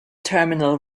terminal